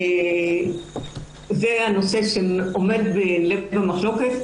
זה הנושא שעומד בלב המחלוקת,